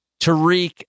Tariq